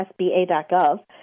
sba.gov